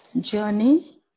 journey